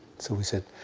so we said,